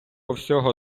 всього